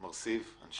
יש